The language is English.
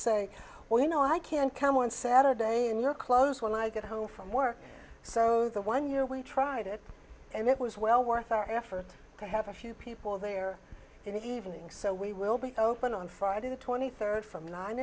say well you know i can come on saturday in your clothes when i get home from work so the one year we tried it and it was well worth our effort to have a few people there in the evening so we will be open on friday the twenty third from nine